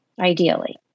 ideally